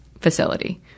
facility